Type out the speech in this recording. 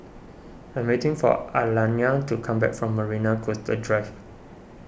I'm waiting for Alayna to come back from Marina Coastal Drive